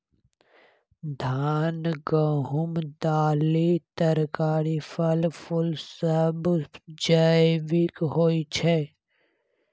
धान, गहूम, दालि, तरकारी, फल, फुल सब जैविक होई छै